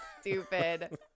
stupid